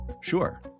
sure